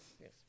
yes